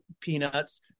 peanuts